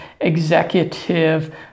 executive